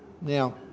Now